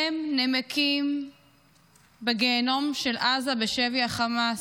הם נמקים בגיהינום של עזה בשבי החמאס.